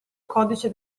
codice